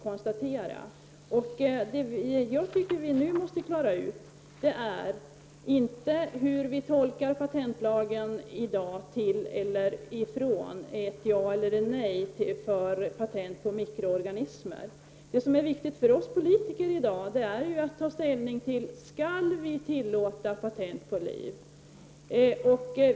Det vi nu enligt min mening måste klara ut är inte hur vi tolkar patentlagen och om man enligt denna kan säga ja eller nej till patent på mikroorganismer. Det som viktigt för oss politiker i dag är att ta ställning till om vi skall tillåta patent på liv.